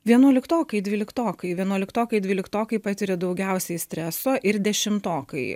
vienuoliktokai dvyliktokai vienuoliktokai dvyliktokai patiria daugiausiai streso ir dešimtokai